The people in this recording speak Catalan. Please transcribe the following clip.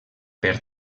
per